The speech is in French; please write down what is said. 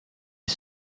est